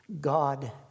God